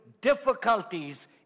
difficulties